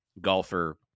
golfer